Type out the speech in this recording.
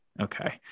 Okay